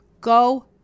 Go